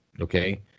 Okay